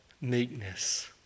meekness